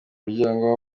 muryango